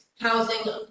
housing